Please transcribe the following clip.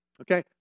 Okay